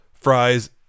fries